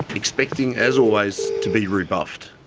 expecting as always to be rebuffed.